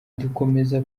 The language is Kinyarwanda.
dukomeze